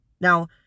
Now